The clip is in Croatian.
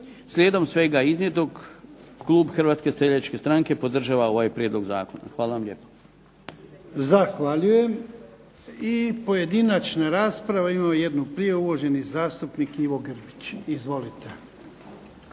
Slijedom svega iznijetog Klub hrvatske seljačke stranke podržava ovaj Prijedlog zakona. Hvala vam lijepo. **Jarnjak, Ivan (HDZ)** Zahvaljujem. I pojedinačne rasprave imamo jednu prijavu, gospodin zastupnik Ivo Grbić. Izvolite.